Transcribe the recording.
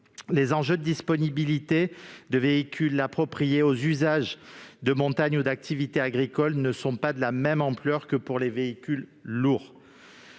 Les enjeux de disponibilité de véhicules appropriés aux activités de montagne ou aux activités agricoles ne sont pas de la même ampleur que pour les véhicules lourds.